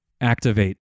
activate